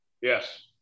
Yes